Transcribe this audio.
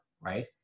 right